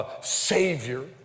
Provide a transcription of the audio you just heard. savior